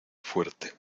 fuerte